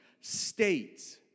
states